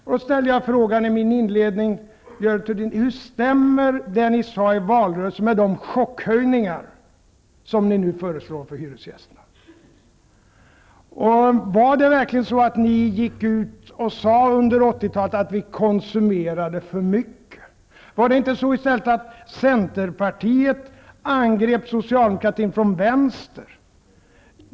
Jag ställde frågan i min inledning: Hur stämmer, Görel Thurdin, det som ni sade i valrörelsen med de chockhöjningar som ni nu föreslår för hyresgästerna? Gick ni under 80-talet verkligen ut och sade att vi konsumerade för mycket? Var det inte i stället så, att Centerpartiet angrep socialdemokratin från vänster?